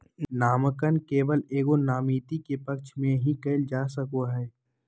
नामांकन केवल एगो नामिती के पक्ष में ही कइल जा सको हइ